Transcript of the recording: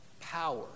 power